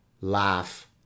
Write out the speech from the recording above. Laugh